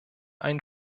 einen